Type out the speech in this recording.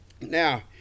Now